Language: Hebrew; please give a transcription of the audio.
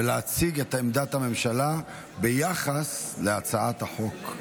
ולהציג את עמדת הממשלה ביחס להצעת החוק.